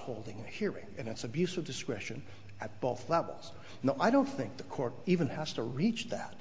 holding a hearing and it's abuse of discretion at both levels no i don't think the court even has to reach that